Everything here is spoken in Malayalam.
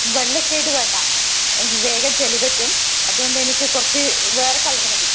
വെള്ള ഷെയ്ഡ് വേണ്ട വേഗം ചെളി പറ്റും അതുകൊണ്ട് എനിക്ക് കുറച്ചു വേറെ കളറ് മതി